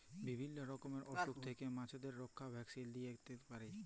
বিভিল্য রকমের অসুখ থেক্যে মাছদের রক্ষা ভ্যাকসিল দিয়ে ক্যরে